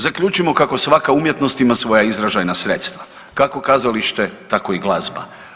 Zaključimo kako svoja umjetnost ima svoja izražajna sredstva kako kazalište tako i glazba.